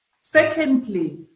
Secondly